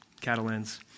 Catalans